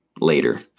later